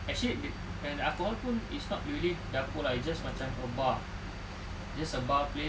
actually they yang the alcohol pun it's not really dapur lah it's just macam a bar just a bar place